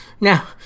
Now